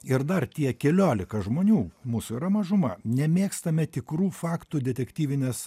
ir dar tie keliolika žmonių mūsų yra mažuma nemėgstame tikrų faktų detektyvinės